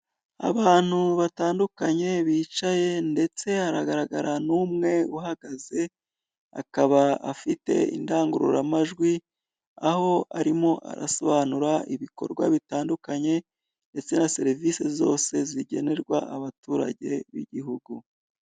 Abantu batandukanye bicaye ndetse haragaragara n'umwe uhagaze, akaba afite indangururamajwi, aho arimo arasobanura ibikorwa bitandukanye ndetse na serivise zose zigenerwa abaturage b'ibigihugu.